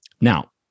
Now